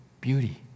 beauty